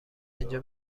اینجا